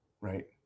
right